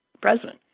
president